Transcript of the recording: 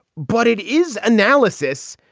but it is analysis.